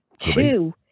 Two